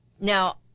now